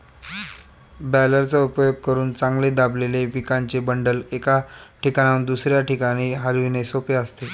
बॅलरचा उपयोग करून चांगले दाबलेले पिकाचे बंडल, एका ठिकाणाहून दुसऱ्या ठिकाणी हलविणे सोपे असते